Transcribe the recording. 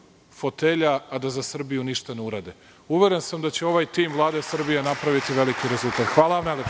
fotelja, a da za Srbiju ništa ne urade. Uveren sam da će ovaj tim Vlade Srbije napraviti veliki rezultat. Hvala vam